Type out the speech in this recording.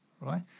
right